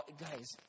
guys